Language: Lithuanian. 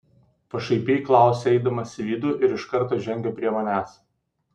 pašaipiai klausia eidamas į vidų ir iš karto žengia prie manęs